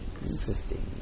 Interesting